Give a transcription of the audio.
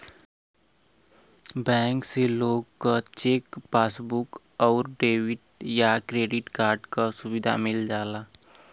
bank से लोग क चेक, पासबुक आउर डेबिट या क्रेडिट कार्ड क सुविधा मिल जाला